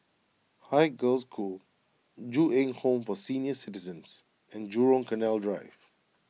Haig Girls' School Ju Eng Home for Senior Citizens and Jurong Canal Drive